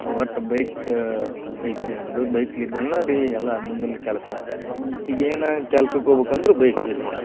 ಒಟ್ಟು ಬೈಕ್ ಐತ್ರಿ ನಮ್ಮದು ಬೈಕ್ಲಿದ್ರೇನ ಬಿ ಎಲ್ಲ ಮುಂದಿನ ಕೆಲಸ ಈಗ ಏನೇ ಕೆಲ್ಸಕ್ಕೆ ಹೋಗ್ಬೇಕಂದ್ರು ಬೈಕ್ ಬೇಕು ನೋಡಿರಿ